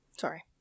Sorry